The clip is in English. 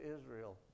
Israel